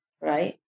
right